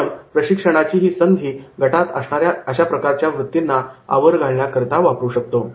आपण प्रशिक्षणाची ही संधी गटात असणाऱ्या अशाप्रकारच्या वृत्तींना आवर घालण्याकरता वापरू शकतो